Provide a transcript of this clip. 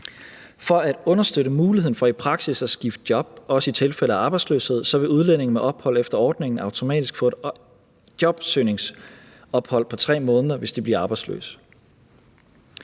For at understøtte muligheden for i praksis at skifte job, også i tilfælde af arbejdsløshed, vil udlændinge med ophold efter ordningen automatisk få et jobsøgningsophold på 3 måneder, hvis de bliver arbejdsløse.